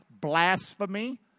blasphemy